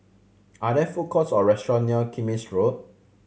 are there food courts or restaurant near Kismis Road